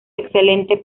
excelente